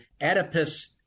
Oedipus